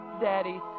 Daddy